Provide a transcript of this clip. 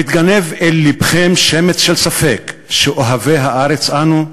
המתנגב אל לבכם שמץ של ספק שאוהבי הארץ אנו?